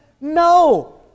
No